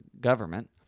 government